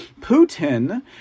Putin